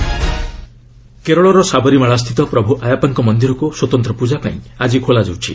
ସାବରିମାଳା କେରଳର ସାବରିମାଳାସ୍ଥିତ ପ୍ରଭୁ ଆୟାପ୍ପାଙ୍କ ମନ୍ଦିରକୁ ସ୍ୱତନ୍ତ ପୂଜାପାଇଁ ଆକି ଖୋଲାଯାଉଛି